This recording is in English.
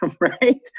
Right